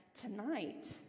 tonight